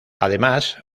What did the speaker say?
además